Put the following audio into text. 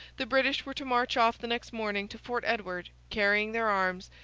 the british were to march off the next morning to fort edward, carrying their arms,